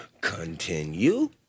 Continue